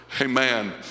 amen